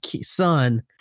son